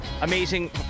amazing